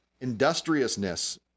industriousness